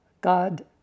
God